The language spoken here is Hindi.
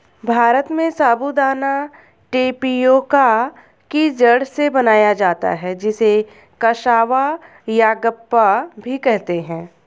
भारत में साबूदाना टेपियोका की जड़ से बनाया जाता है जिसे कसावा यागप्पा भी कहते हैं